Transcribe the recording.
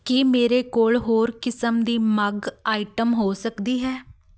ਕੀ ਮੇਰੇ ਕੋਲ ਹੋਰ ਕਿਸਮ ਦੀ ਮੱਗ ਆਈਟਮ ਹੋ ਸਕਦੀ ਹੈ